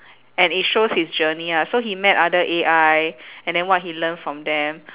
and it shows his journey ah so he met other A_I and then what he learn from them